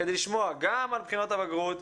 כדי לשמוע גם על בחינות הבגרות,